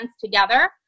together